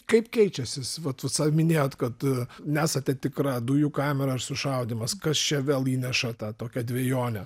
kaip keičiasi s vat sa minėjot kad nesate tikra dujų kamera ar sušaudymas kas čia vėl įneša tą tokią dvejonę